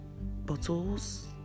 bottles